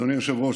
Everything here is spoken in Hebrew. אדוני היושב-ראש,